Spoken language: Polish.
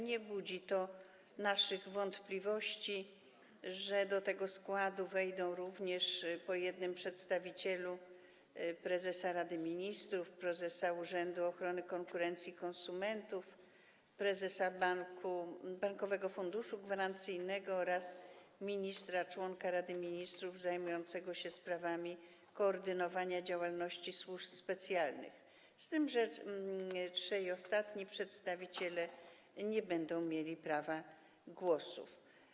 Nie budzi naszych wątpliwości to, że do tego składu wejdą również, po jednym przedstawicielu, przedstawiciele prezesa Rady Ministrów, prezesa Urzędu Ochrony Konkurencji i Konsumentów, prezesa Bankowego Funduszu Gwarancyjnego oraz ministra członka Rady Ministrów zajmującego się sprawami koordynowania działalności służb specjalnych, z tym że trzej ostatni przedstawiciele nie będą mieli prawa głosu.